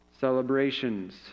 celebrations